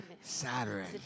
Saturday